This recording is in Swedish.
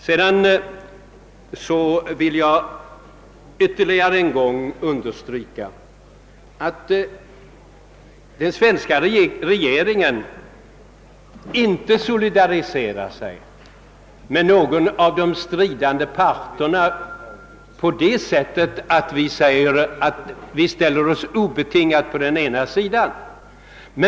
Jag vill ytterligare en gång understryka att den svenska regeringen inte solidariserar sig med någon av de stridande parterna på det sättet att vi obetingat ställer oss på den ena sidan.